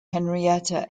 henrietta